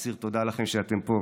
אני אסיר תודה לכם שאתם פה.